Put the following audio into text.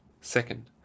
Second